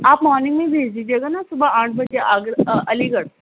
آپ مارننگ میں ہی بھیج دیجیے گا نا صبح آٹھ بجے آگرہ علیگڑھ